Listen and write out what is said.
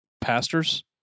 Pastors